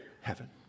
heaven